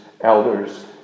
elders